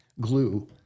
glue